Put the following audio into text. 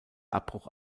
abbruch